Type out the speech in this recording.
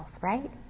right